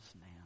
now